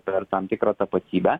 per tam tikrą tapatybę